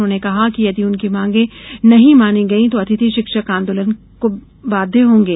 उन्होंने कहा कि यदि उनकी मांगे नहीं मानी गई तो अतिथि शिक्षक आंदोलन करने को बाध्य होंगे